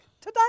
today